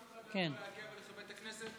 אף אחד לא יכול להגיע ולכבד את הכנסת?